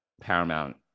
Paramount